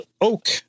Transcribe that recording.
Oak